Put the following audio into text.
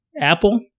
Apple